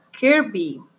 Kirby